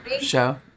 show